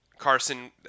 Carson